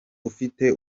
ufite